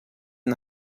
ein